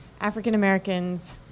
African-Americans